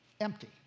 empty